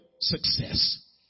success